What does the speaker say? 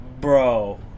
Bro